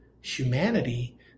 humanity